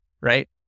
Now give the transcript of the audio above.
Right